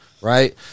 Right